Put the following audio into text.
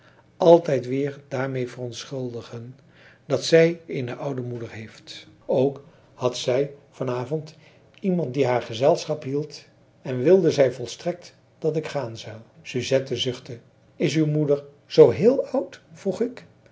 altijd weer daarmee verontschuldigen dat zij eene oude moeder heeft ook had zij van avond iemand die haar gezelschap hield en wilde zij volstrekt dat ik gaan zou suzette zuchtte is uw moeder zoo heel oud vroeg ik